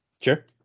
Sure